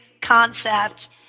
concept